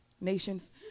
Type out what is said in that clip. nations